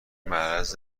مرض